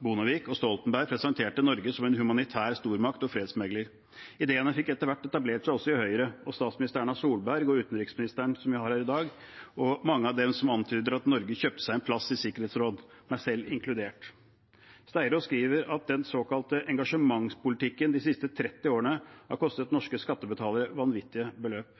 Bondevik og Stoltenberg presenterte Norge som en humanitær stormakt og fredsmegler. Ideene etablerte seg etter hvert også i Høyre, og hos statsminister Erna Solberg og utenriksministeren, som vi har her i dag. Mange har antydet at Norge kjøpte seg en plass i Sikkerhetsrådet, meg selv inkludert. Steiro skriver at den såkalte engasjementspolitikken de siste tretti årene har kostet norske skattebetalere vanvittige beløp.